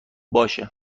باشه